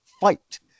fight